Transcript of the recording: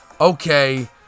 okay